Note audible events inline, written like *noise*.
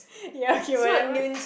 ya *laughs* okay whatever